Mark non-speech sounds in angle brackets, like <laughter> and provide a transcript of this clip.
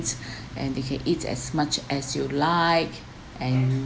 <breath> and they can eat as much as you like and